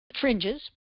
fringes